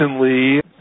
Recently